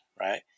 right